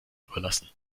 überlassen